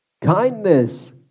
kindness